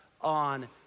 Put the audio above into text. on